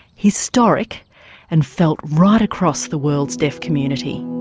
historic and felt right across the world's deaf community.